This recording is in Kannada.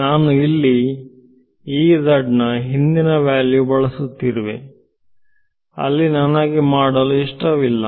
ನಾನು ಇಲ್ಲಿ ನ ಹಿಂದಿನ ವ್ಯಾಲ್ಯೂ ಬಳಸುತ್ತಿರುವೆ ಅಲ್ಲಿ ನನಗೆ ಮಾಡಲು ಇಷ್ಟವಿಲ್ಲ